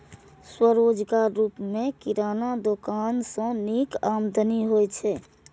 स्वरोजगारक रूप मे किराना दोकान सं नीक आमदनी होइ छै